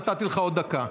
נתתי לך עוד דקה.